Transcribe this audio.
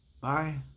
Bye